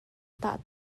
tah